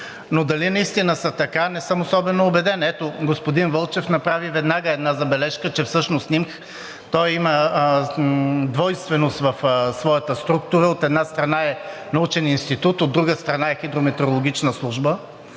Дали наистина са така? Не съм особено убеден. Ето, господин Вълчев, направи веднага една забележка, че всъщност НИМХ – той има двойственост в своята структура – от една страна, е научен институт, а от друга страна, е хидрометеорологична служба.